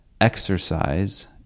exercise